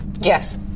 Yes